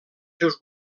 seus